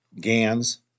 GANs